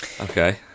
Okay